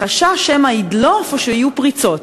מחשש שמא ידלוף או שיהיו פריצות.